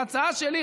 וההצעה שלי,